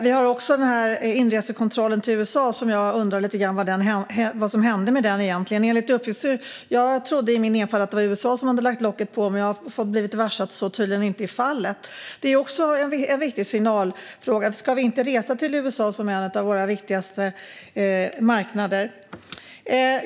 Jag undrar också vad som egentligen hände med inresekontrollen till USA. Jag trodde i min enfald att det var USA som hade lagt locket på, men jag har blivit varse att så tydligen inte är fallet. Det är också en viktig signalfråga. Ska vi inte resa till USA, som är en våra viktigaste marknader?